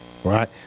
right